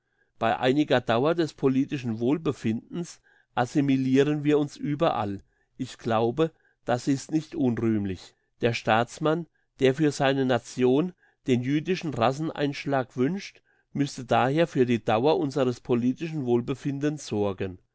bei einiger dauer des politischen wohlbefindens assimiliren wir uns überall ich glaube das ist nicht unrühmlich der staatsmann der für seine nation den jüdischen raceneinschlag wünscht müsste daher für die dauer unseres politischen wohlbefindens sorgen